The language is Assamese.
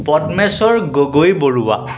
পদ্মেশ্বৰ গগৈ বৰুৱা